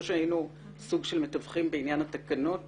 שהיינו סוג של מתווכים בעניין התקנות